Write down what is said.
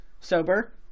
sober